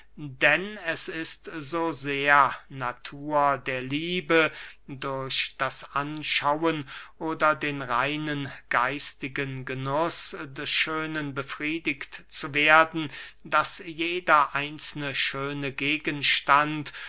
denn es ist so sehr natur der liebe durch das anschauen oder den reinen geistigen genuß des schönen befriedigt zu werden daß jeder einzelne schöne gegenstand